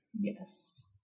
yes